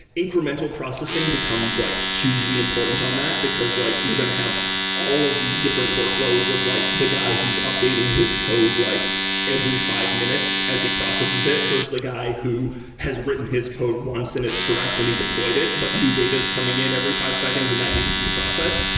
incremental processing becomes like hugely important on that, because like you're going to have all of these different workloads of like the guy who's updating his code like every five minutes as he processes it, versus the guy who has written his code once and it's correct and he deployed it, but new data is coming in every five seconds and that needs to be processed.